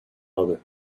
other